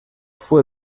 fue